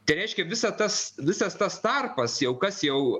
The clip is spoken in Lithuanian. tai reiškia visą tas visas tas tarpas jau kas jau